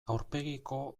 aurpegiko